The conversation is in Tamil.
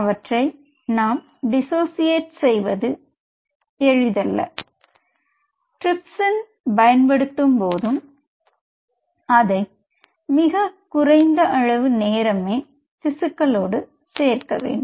அவற்றை நாம் டிஸ்ஸோசிட்டே செய்வது எளிதல்ல ட்ரிப்சின் பயன்படுத்தும்போதும் அதை மிக குறைந்த அளவு நேரமே திசுக்களோடு சேர்க்க வேண்டும்